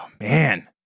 man